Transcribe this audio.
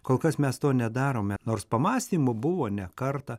kol kas mes to nedarome nors pamąstymų buvo ne kartą